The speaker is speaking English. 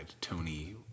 tony